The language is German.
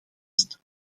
ist